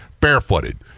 barefooted